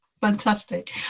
Fantastic